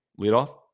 leadoff